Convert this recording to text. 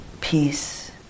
peace